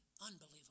unbelievable